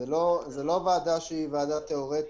זו לא ועדה תיאורטית,